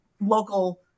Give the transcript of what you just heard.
local